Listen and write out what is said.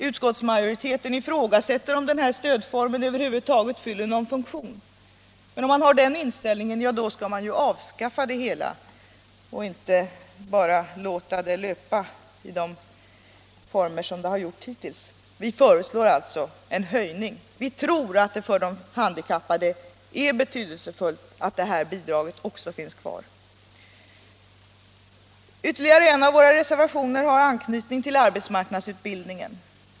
Utskottsmajoriteten ifrågasätter om den stödformen över huvud taget fyller någon funktion. Men om man har den inställningen, då skall man ju avskaffa bidraget helt och inte bara låta det löpa i samma former som hittills. Vi föreslår alltså en höjning. Vi tror att det för de handikappade är betydelsefullt att också det här bidraget finns kvar. Ytterligare en av våra reservationer har anknytning till arbetsmarknadsutbildningen.